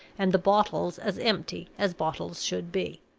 and the bottles as empty as bottles should be.